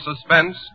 suspense